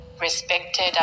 respected